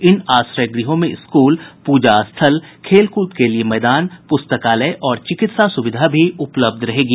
इन आश्रय गृहों में स्कूल पूजा स्थल खेलकूद के लिए मैदान पुस्तकालय और चिकित्सा सुविधा भी उपलब्ध रहेगी